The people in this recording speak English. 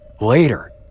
Later